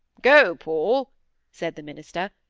go, paul said the minister.